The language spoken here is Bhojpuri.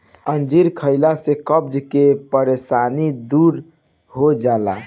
अंजीर खइला से कब्ज के परेशानी दूर हो जाला